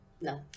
no